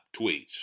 tweets